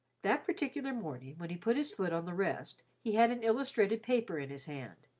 that particular morning, when he put his foot on the rest, he had an illustrated paper in his hand,